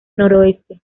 noroeste